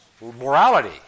morality